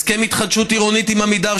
הסכם התחדשות עם עמידר,